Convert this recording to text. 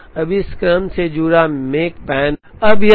अब इस क्रम से जुड़ा मेकपैन 270 है